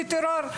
טרור.